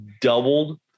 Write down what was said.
doubled